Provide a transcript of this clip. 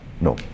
no